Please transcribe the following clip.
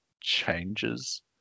changes